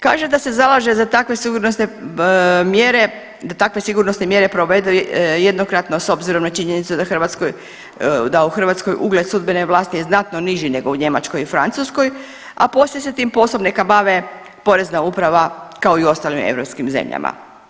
Kaže da se zalaže za takve sigurnosne mjere, da takve sigurnosne mjere provedbu jednokratno s obzirom na činjenicu da Hrvatskoj, da u Hrvatskoj ugled sudbene vlasti je znatno niži nego u Njemačkoj i Francuskoj, a poslije se tim poslom neka bave porezna uprava kao i u ostalim europskim zemljama.